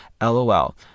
lol